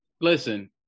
listen